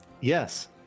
Yes